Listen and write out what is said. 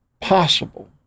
possible